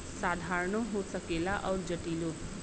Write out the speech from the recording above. साधारणो हो सकेला अउर जटिलो